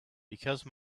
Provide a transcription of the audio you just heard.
because